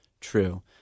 true